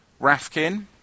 Rafkin